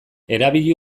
erabili